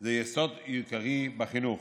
זה יסוד עיקרי בחינוך.